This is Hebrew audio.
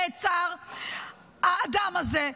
נעצר האדם הזה,